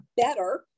better